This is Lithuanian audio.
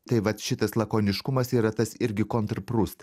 tai vat šitas lakoniškumas yra tas irgi kontr prust